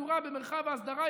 אתם הולכים לחדר הסגור.